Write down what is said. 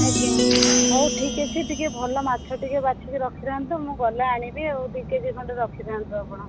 ଆଜ୍ଞା ହଉ ଠିକ୍ ଅଛି ଟିକେ ଭଲ ମାଛ ଟିକେ ବାଛିକି ରଖିଥାନ୍ତୁ ମୁଁ ଗଲେ ଆଣିବି ଆଉ ଦୁଇ କେଜି ଖଣ୍ଡେ ରଖିଥାଆନ୍ତୁ ଆପଣ